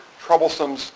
troublesome